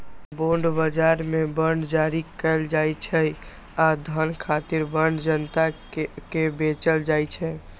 bond बाजार मे bond जारी कैल जाइ छै आ धन खातिर बांड जनता कें बेचल जाइ छै